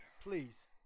Please